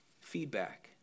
feedback